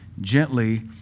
gently